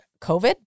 COVID